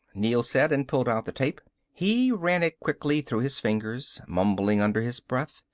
neel said, and pulled out the tape. he ran it quickly through his fingers, mumbling under his breath.